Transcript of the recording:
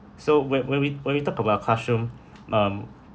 so when when we when we talk about classroom um